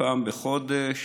פעם בחודש